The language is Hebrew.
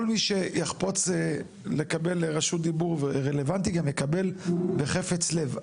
כל מי שיחפוץ לקבל רשות דיבור ורלוונטי גם יקבל בחפץ לב.